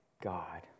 God